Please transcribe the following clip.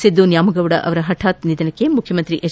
ಸಿದ್ದು ನ್ಯಾಮಗೌಡ ಅವರ ಪಠಾತ್ ನಿಧನಕ್ಕೆ ಮುಖ್ಯಮಂತ್ರಿ ಎಚ್